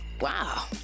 Wow